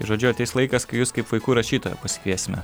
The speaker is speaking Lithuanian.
žodžiu ateis laikas kai jus kaip vaikų rašytoją pasikviesime